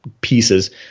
pieces